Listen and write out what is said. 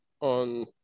on